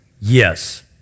Yes